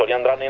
and i mean